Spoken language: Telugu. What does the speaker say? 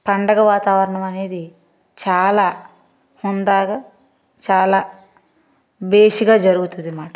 పండగ వాతావరణమనేది చాలా హుందాగా చాలా భేషుగా జరుగుతుందమాట